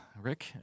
Rick